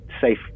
safe